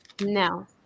No